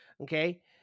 okay